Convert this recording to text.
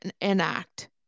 enact